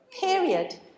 period